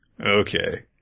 Okay